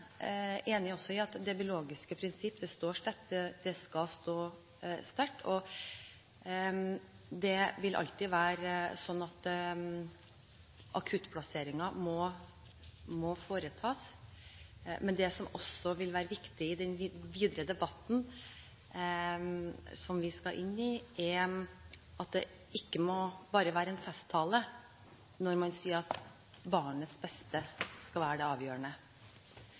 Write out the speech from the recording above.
enig i at det biologiske prinsipp skal stå sterkt. Det vil alltid være sånn at akuttplasseringer må foretas, men det som også vil være viktig i den videre debatten som vi skal inn i, er at det ikke bare må være en festtale når man sier at barnets beste skal være det avgjørende.